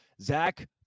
Zach